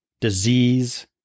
disease